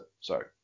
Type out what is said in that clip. sorry